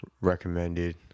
recommended